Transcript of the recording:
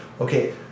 okay